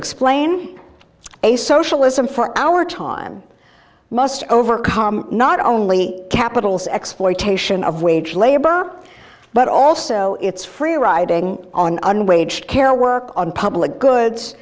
explain a socialism for our time must overcome not only capitals exploitation of wage labor but also it's free riding on an wage carol work on public goods